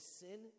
sin